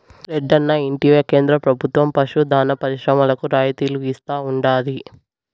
రెడ్డన్నా ఇంటివా కేంద్ర ప్రభుత్వం పశు దాణా పరిశ్రమలకు రాయితీలు ఇస్తా ఉండాది